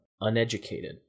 uneducated